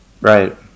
Right